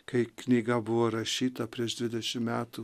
kai knyga buvo rašyta prieš dvidešim metų